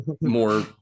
more